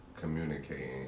communicating